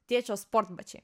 tėčio sportbačiai